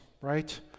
right